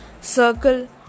circle